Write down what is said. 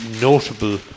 Notable